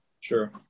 sure